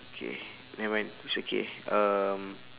okay nevermind it's okay um